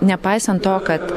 nepaisant to kad